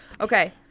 Okay